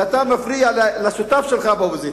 ואתה מפריע לשותף שלך באופוזיציה.